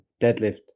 deadlift